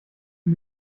mit